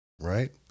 right